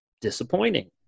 disappointing